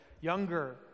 younger